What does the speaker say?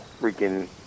freaking